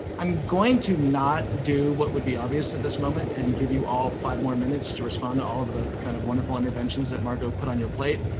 i'm going to not do what would be obvious at this moment and give you all five more minutes to respond to all of the kind of wonderful interventions that margot put on your plate.